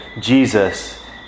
Jesus